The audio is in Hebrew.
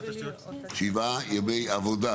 שבעה ימי עבודה,